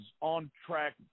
on-track